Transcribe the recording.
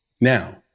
Now